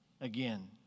again